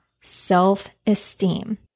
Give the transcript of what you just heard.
self-esteem